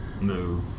No